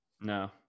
No